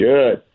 Good